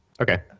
Okay